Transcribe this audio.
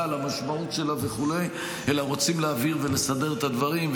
על המשמעות שלה וכו' אלא רוצים להבהיר ולסדר את הדברים.